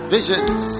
Visions